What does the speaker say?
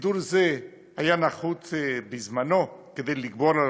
סידור זה היה נחוץ בזמנו כדי לגבור על